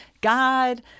God